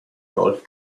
golf